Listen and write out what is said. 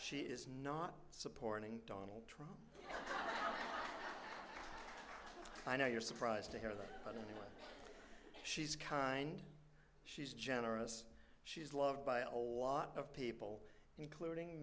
she is not supporting donald trump i know you're surprised to hear that but she's kind she's generous she's loved by a whole lot of people including